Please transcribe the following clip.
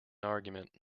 argument